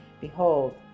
Behold